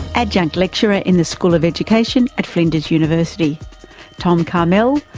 adjunct lecturer in the school of education at flinders university tom karmel,